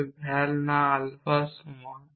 তবে ভ্যাল না আলফা ফর্মের সমান